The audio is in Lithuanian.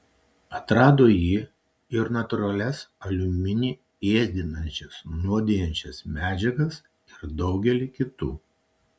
atrado ji ir natūralias aliuminį ėsdinančias nuodijančias medžiagas ir daugelį kitų